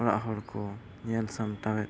ᱚᱲᱟᱜ ᱦᱚᱲᱠᱚ ᱧᱮᱞ ᱥᱟᱢᱴᱟᱣ